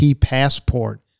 passport